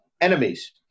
enemies